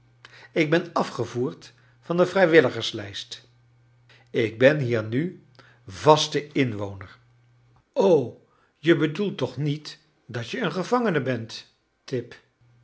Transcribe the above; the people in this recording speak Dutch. ik ben afgevoerd van de vrijwilligerlijst ik ben hier nu vaste inwoner je bedoelt toch niet dat je een gevangene bent tip